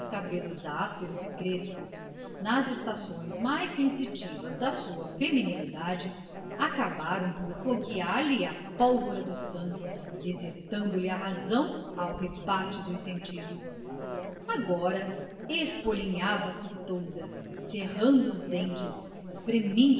cabelos ásperos e crespos nas estações mais sensitivas da sua feminilidade acabaram por foguear lhe a pólvora do sangue desertando lhe a razão ao rebate dos sentidos agora espolinhava se toda cerrando os dentes